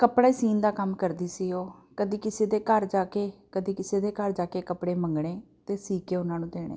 ਕੱਪੜੇ ਸਿਊਣ ਦਾ ਕੰਮ ਕਰਦੀ ਸੀ ਉਹ ਕਦੀ ਕਿਸੇ ਦੇ ਘਰ ਜਾ ਕੇ ਕਦੇ ਕਿਸੇ ਦੇ ਘਰ ਜਾ ਕੇ ਕੱਪੜੇ ਮੰਗਣੇ ਅਤੇ ਸੀਕੇ ਉਹਨਾਂ ਨੂੰ ਦੇਣੇ